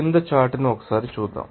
క్రింద ఉన్న చార్ట్ను చూద్దాం